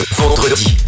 vendredi